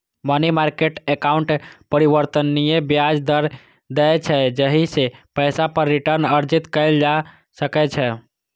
money market account परिवर्तनीय ब्याज दर दै छै, जाहि सं पैसा पर रिटर्न अर्जित कैल जा सकै छै